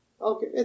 Okay